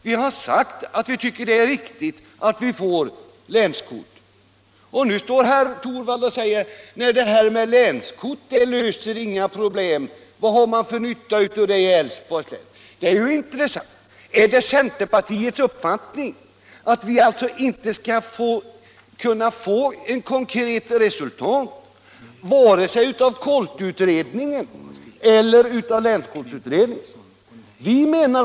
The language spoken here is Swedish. Vi har också sagt att vi tycker att det är riktigt att vi inför länskort. Och nu säger herr Torwald: Att införa länskort löser inga problem. Vad har man för nytta av dem i t.ex. Älvsborgs län? Det var ju intressant. Är det således centerpartiets uppfattning att vi inte skall kunna få några konkreta resultat vare sig av KOLT-utredningen eller av länskortsutredningen?